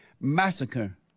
massacre